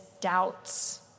doubts